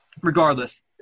regardless